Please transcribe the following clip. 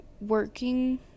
working